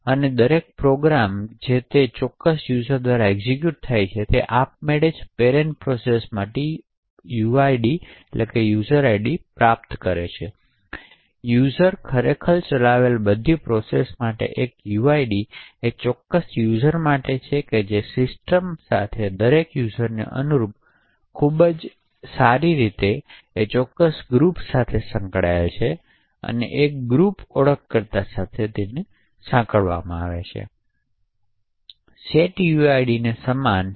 હવે દરેક પ્રોગ્રામ જે તે ચોક્કસ યુઝર દ્વારા એક્ઝેક્યુટ થાય છે તે આપમેળે પેરેંટ પ્રોસેસમાંથી યુઝર ID ને પ્રાપ્ત કરશે યુઝર ખરેખર ચલાવેલી બધી પ્રોસેસ માટે એક UID ચોક્કસ યુઝર માટે છે જે સિસ્ટમમાં સાથે દરેક યુઝર અનુરૂપ ખૂબ જ જ રીતે પણ ચોક્કસ ગ્રુપ સાથે સંકળાયેલ છે અને તેથી એક ગ્રુપ ઓળખકર્તા સાથે સંકળાયેલ હોય છે